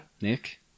Nick